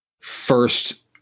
first